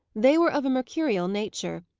they were of a mercurial nature,